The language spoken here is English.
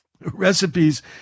recipes